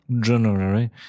January